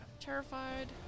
Terrified